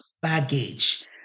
baggage